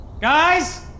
Guys